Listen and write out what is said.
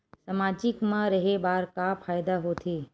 सामाजिक मा रहे बार का फ़ायदा होथे?